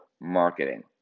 marketing